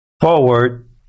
forward